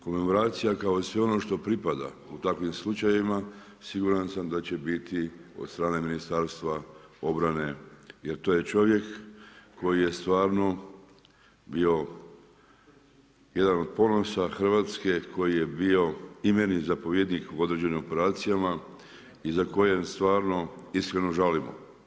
Komemoracija kao i sve ono što pripada u takvim slučajevima siguran sam da će biti od strane Ministarstva obrane jer to je čovjek koji je stvarno bio jedan od ponosa Hrvatske koji je bio i meni zapovjednik u određenim operacijama, i za kojim stvarno, iskreno žalimo.